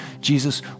Jesus